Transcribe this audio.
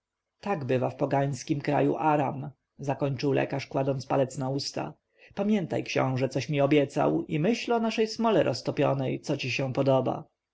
tak bywa w pogańskim kraju aram zakończył lekarz kładąc palec na usta pamiętaj książę coś mi obiecał i myśl o naszej smole roztopionej co ci się podoba